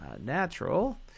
natural